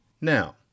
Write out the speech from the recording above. Now